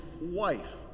wife